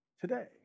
today